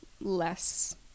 less